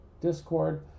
Discord